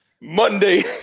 Monday